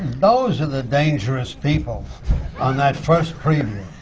those are the dangerous people on that first preview,